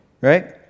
right